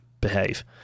behave